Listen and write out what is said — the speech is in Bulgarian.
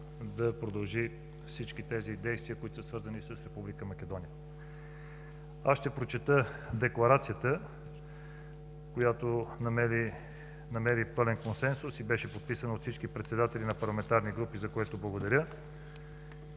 да продължи всички действия, свързани с Република Македония. Ще прочета декларацията, която намери пълен консенсус и беше подписана от всички председатели на парламентарни групи, за което благодаря.